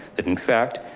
in fact,